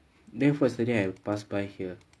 therefore yesterday I pass by here